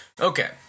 Okay